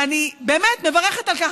ואני באמת מברכת על כך,